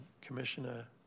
Commissioner